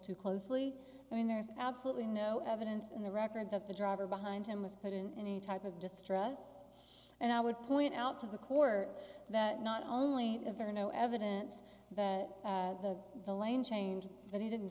too closely i mean there's absolutely no evidence in the record that the driver behind him was put in any type of distress and i would point out to the court that not only is there no evidence that the lane changed that he didn't